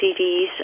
CDs